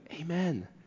Amen